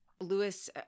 Lewis